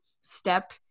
step